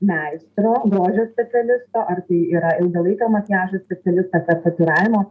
meistro grožio specialisto ar tai yra ilgalaikio makiažo specialistas ar tatuiravimo